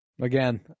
Again